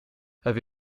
have